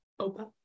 Opa